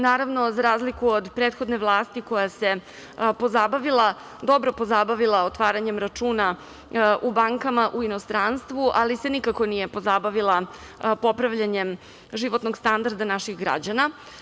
Naravno, za razliku od prethodne vlasti koja se pozabavila, dobro pozabavila otvaranjem računa u bankama u inostranstvu, ali se nikako nije pozabavila popravljanjem životnog standarda naših građana.